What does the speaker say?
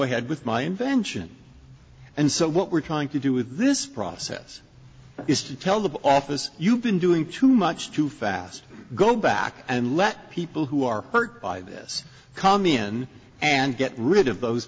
ahead with my invention and so what we're trying to do with this process is to tell the office you've been doing too much too fast go back and let people who are hurt by this come in and get rid of those